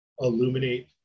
illuminate